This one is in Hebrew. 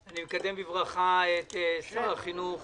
אני מקדם בברכה את שר החינוך